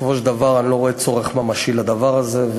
בסופו של דבר אני לא רואה צורך ממשי בדבר הזה,